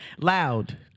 loud